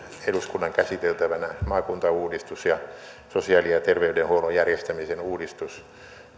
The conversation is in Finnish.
eduskunnan käsiteltävänä maakuntauudistus ja sosiaali ja terveydenhuollon järjestämisen uudistus